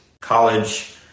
college